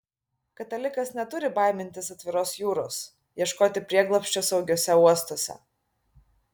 katalikas neturi baimintis atviros jūros ieškoti prieglobsčio saugiuose uostuose